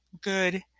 good